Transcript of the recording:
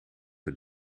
het